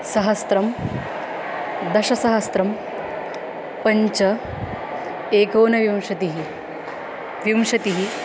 सहस्त्रं दशसहस्त्रं पञ्च एकोनविंशतिः विंशतिः